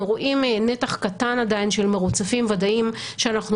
אנחנו רואים נתח קטן עדיין של מרוצפים ודאיים שאנחנו